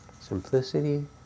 Simplicity